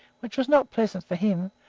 which was not pleasant for him,